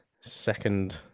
second